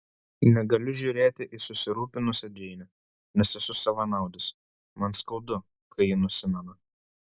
negaliu žiūrėti į susirūpinusią džeinę nes esu savanaudis man skaudu kai ji nusimena